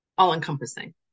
all-encompassing